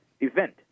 event